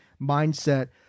mindset